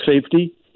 safety